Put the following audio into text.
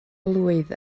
blwydd